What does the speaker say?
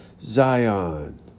Zion